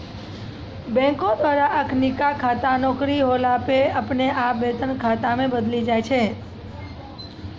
बैंको द्वारा अखिनका खाता नौकरी होला पे अपने आप वेतन खाता मे बदली जाय छै